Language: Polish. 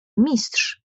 mistrz